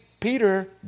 Peter